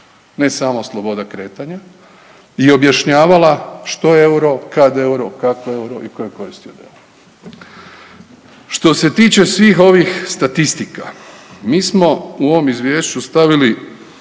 Ne samo sloboda kretanja i objašnjavala što je euro, kad euro, kako euro i koje su koristi od eura. Što se tiče svih ovih statistika mi smo u ovom izvješću stavili